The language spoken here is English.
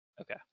Okay